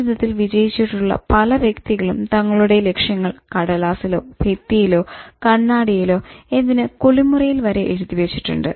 ജീവിത്തൽ വിജയിച്ചിട്ടുള്ള പല വ്യക്തികളും തങ്ങളുടെ ലക്ഷ്യങ്ങൾ കടലാസ്സിലോ ഭിത്തിയിലോ കണ്ണാടിയിലോ എന്തിന് കുളിമുറിയിൽ വരെ എഴുതിവെച്ചിട്ടുണ്ട്